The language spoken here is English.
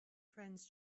friends